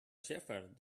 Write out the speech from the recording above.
shepherd